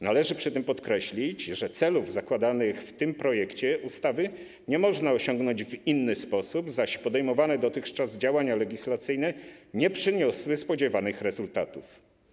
Należy przy tym podkreślić, że celów zakładanych w tym projekcie ustawy nie można osiągnąć w inny sposób, zaś podejmowane dotychczas działania legislacyjne nie przyniosły spodziewanych rezultatów.